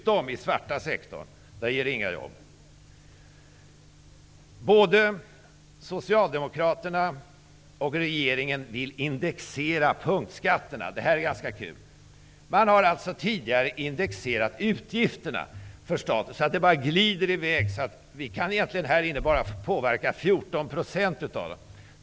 Men den ger inte några jobb inom den svarta sektorn. Både socialdemokraterna och regeringen vill indexera punktskatterna. Detta är ganska roligt. Man har tidigare indexerat statens utgifter, så att de bara glider i väg. Vi kan här bara påverka 14 % av dem.